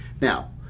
Now